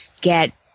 get